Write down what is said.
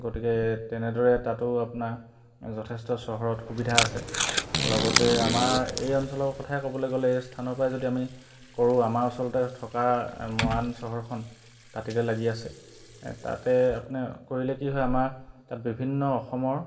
গতিকে তেনেদৰে তাতো আপোনাৰ যথেষ্ট চহৰত সুবিধা আছে লগতে আমাৰ এই অঞ্চলৰ কথাই ক'বলৈ গ'লে এই স্থানৰ পৰা যদি আমি কৰোঁ আমাৰ ওচৰতে থকা মৰাণ চহৰখন দাঁতিতে লাগি আছে এ তাতে আপুনি কৰিলে কি হয় আমাৰ তাত বিভিন্ন অসমৰ